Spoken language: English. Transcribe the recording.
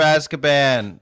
Azkaban